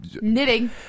knitting